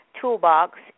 toolbox